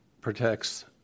protects